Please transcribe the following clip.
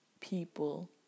people